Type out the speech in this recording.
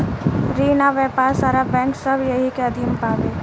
रिन आ व्यापार सारा बैंक सब एही के अधीन बावे